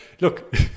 look